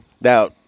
Now